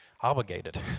Obligated